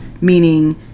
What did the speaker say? meaning